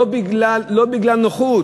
לא בגלל נוחות.